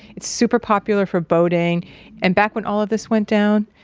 it's super popular for boating and back when all of this went down,